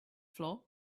floor